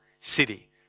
city